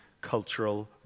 cultural